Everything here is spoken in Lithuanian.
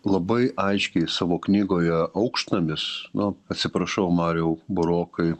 labai aiškiai savo knygoje aukštnamis na atsiprašau marijau burokai